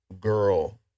girl